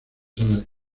san